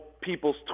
people's